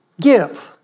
give